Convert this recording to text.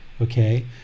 Okay